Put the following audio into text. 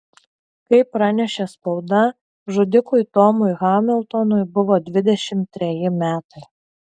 kaip pranešė spauda žudikui tomui hamiltonui buvo dvidešimt treji metai